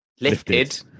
Lifted